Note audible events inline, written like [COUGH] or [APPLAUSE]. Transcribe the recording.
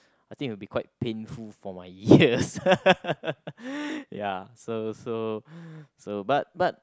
I think will be quite painful for my ears [LAUGHS] ya so so so but but